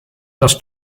das